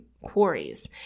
quarries